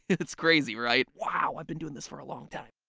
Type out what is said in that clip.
it's crazy right? wow i've been doing this for a long time.